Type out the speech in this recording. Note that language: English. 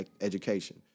education